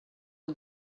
and